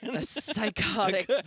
psychotic